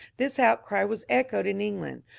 this outcry was echoed in england,